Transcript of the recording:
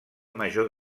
major